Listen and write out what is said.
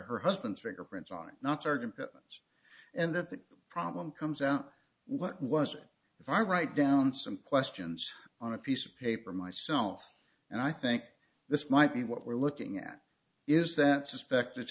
her husband's fingerprints on not certain and that the problem comes out what was if i write down some questions on a piece of paper myself and i think this might be what we're looking at is that suspected